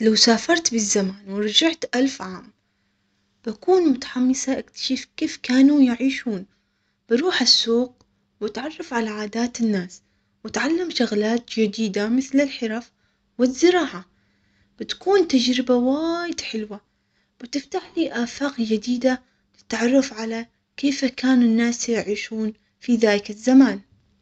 لو سافرت بالزمن ورجعت الف عام بكون متحمسة اكتشف كيف كانوا يعيشون بروح السوق واتعرف على عادات الناس واتعلم شغلات جديدة مثل الحرف والزراعة بتكون تجربة وايد حلوة وتفتح لي افاق جديدة للتعرف على كيف كان الناس يعيشون في ذاك الزمان.